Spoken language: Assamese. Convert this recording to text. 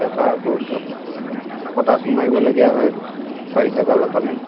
তাৰ পৰা আকৌ ধৰক পটাছো মাৰিবলগীয়া হয় বাৰিষা কালৰ কাৰণে